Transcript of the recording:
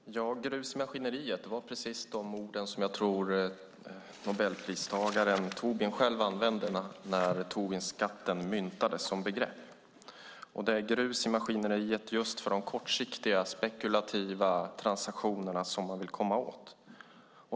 Fru talman! Grus i maskineriet - jag tror att det var precis de orden som Nobelpristagaren Tobin använde när Tobinskatten myntades som begrepp. Det är genom grus i maskineriet som man vill komma åt de kortsiktiga, spekulativa transaktionerna.